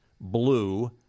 Blue